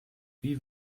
wie